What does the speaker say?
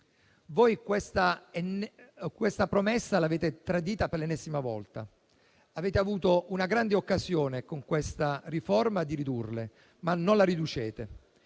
Voi questa promessa l'avete tradita per l'ennesima volta: avete avuto una grande occasione di ridurle con questa riforma, ma non le riducete.